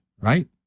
right